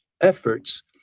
efforts